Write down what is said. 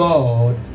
God